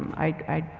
i,